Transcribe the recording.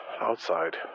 outside